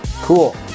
Cool